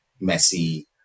messy